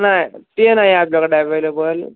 ना ही ते नाही आहे आपल्याकडं ॲव्वेलेबल